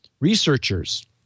Researchers